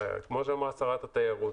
כמו שאמרה שרת התיירות,